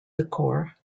decor